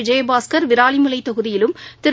விஜயபாஸ்கர் விராலிமலை தொகுதியிலும் திரு